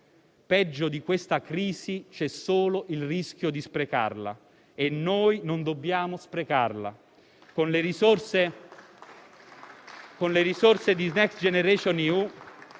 Peggio di questa crisi c'è solo il rischio di sprecarla e noi non dobbiamo farlo. Con le risorse di Next generation EU